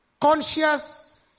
conscious